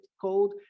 code